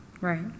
Right